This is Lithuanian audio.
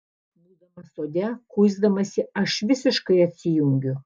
būdama sode kuisdamasi aš visiškai atsijungiu